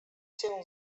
się